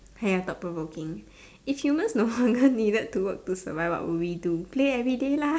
hey ya thought provoking if humans no longer needed to work to survive what would we do play everyday lah